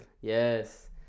Yes